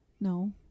No